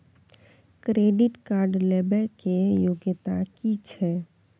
Credit card लेबै के योग्यता कि छै?